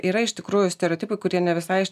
yra iš tikrųjų stereotipai kurie ne visai